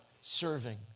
serving